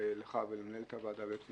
לך ולמנהלת הוועדה,